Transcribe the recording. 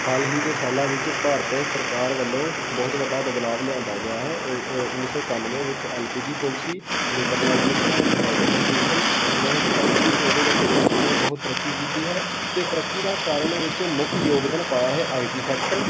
ਹਾਲ ਹੀ ਦੇ ਸਾਲਾਂ ਵਿੱਚ ਭਾਰਤ ਸਰਕਾਰ ਵੱਲੋਂ ਬਹੁਤ ਵੱਡਾ ਬਦਲਾਵ ਲਿਆਉਂਦਾ ਗਿਆ ਹੈ ਉੱਨੀ ਸੌ ਇਕਾਨਵੇਂ ਵਿੱਚ L P G policy liberalization and privatization ਇਹਨਾਂ ਨੇ ਚਲਾਈ ਸੀ ਅਤੇ ਉਹਦੇ ਕਰਕੇ ਦੇਸ਼ ਨੇ ਬਹੁਤ ਤਰੱਕੀ ਕੀਤੀ ਹੈ ਅਤੇ ਤਰੱਕੀ ਦਾ ਕਾਰਨ ਵਿੱਚ ਮੁੱਖ ਯੋਗਦਾਨ ਪਾਇਆ ਹੈ ਆਈ ਟੀ ਸੈਕਟਰ